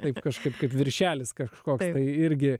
taip kažkaip kaip viršelis kažkoks tai irgi